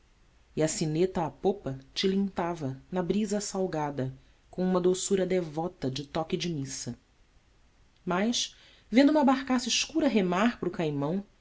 e a sineta à popa tilintava na brisa salgada com uma doçura devota de toque de missa mas vendo uma barcaça escura remar para o